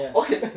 okay